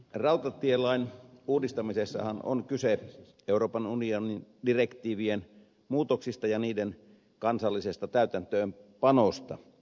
rautatielain uudistamisessahan on kyse euroopan unionin direktiivien muutoksista ja niiden kansallisesta täytäntöönpanosta